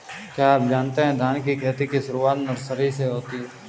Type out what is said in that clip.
क्या आप जानते है धान की खेती की शुरुआत नर्सरी से होती है?